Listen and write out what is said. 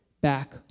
back